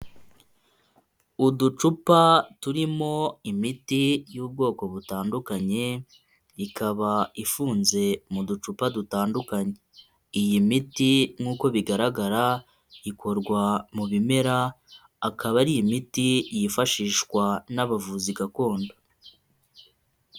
Uducupa turimo imiti y'ubwoko butandukanye, ikaba ifunze mu ducupa dutandukanye, iyi miti nkuko bigaragara ikorwa mu bimera, akaba ari imiti yifashishwa n'abavuzi gakondo.